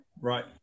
right